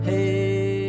Hey